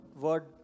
word